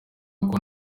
ngo